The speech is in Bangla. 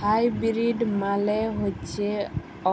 হাইবিরিড মালে হচ্যে